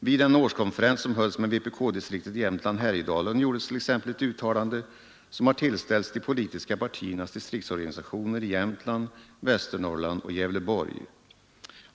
Vid den årskonferens som hölls med vpk-distriktet i Jämtland-Härjedalen gjordes t.ex. ett uttalande som har tillställts de politiska partiernas distriktsorganisationer i Jämtland, Västernorrland och Gävleborg.